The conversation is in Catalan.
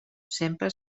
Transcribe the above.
sempre